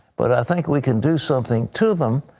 but i think we could do something to them,